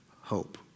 hope